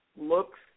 looks